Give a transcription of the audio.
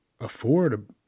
afford